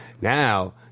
Now